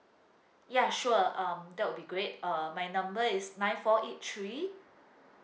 ya sure um that will be great uh my number is nine four eight three